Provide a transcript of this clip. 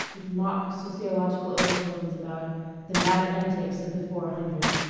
with mock-sociological overtones about the mad antics of the four hundred.